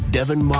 Devin